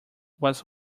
was